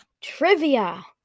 trivia